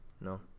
no